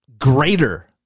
greater